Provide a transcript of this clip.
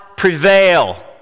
Prevail